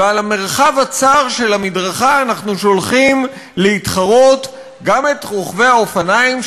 ועל המרחב הצר של המדרכה אנחנו שולחים להתחרות גם את רוכבי האופניים,